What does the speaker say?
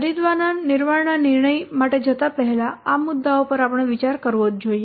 ખરીદવાના નિર્માણના નિર્ણય માટે જતા પહેલા આ મુદ્દાઓ પર આપણે વિચાર કરવો જ જોઇએ